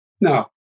No